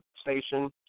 station